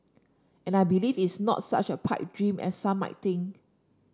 and I believe it's not such a pipe dream as some might think